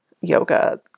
yoga